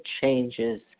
changes